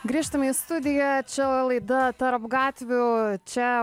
grįžtame į studiją čia laida tarp gatvių čia